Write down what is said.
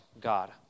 God